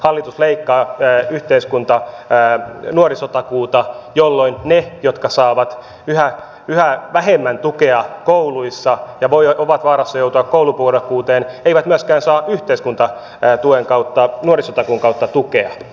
hallitus leikkaa nuorisotakuuta jolloin ne jotka saavat yhä vähemmän tukea kouluissa ja ovat vaarassa joutua koulupudokkuuteen eivät myöskään saa yhteiskunta ja tuen kautta oli nuorisotakuun kautta tukea